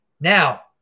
Now